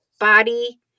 body